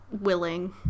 willing